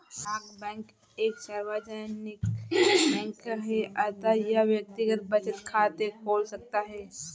डाक बैंक एक सार्वजनिक बैंक है अतः यह व्यक्तिगत बचत खाते खोल सकता है